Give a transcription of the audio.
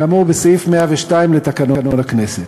כאמור בסעיף 102 לתקנון הכנסת.